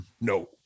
no